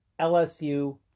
LSU